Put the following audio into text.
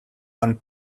one